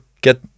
get